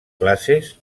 classes